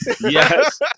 Yes